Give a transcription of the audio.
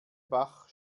bach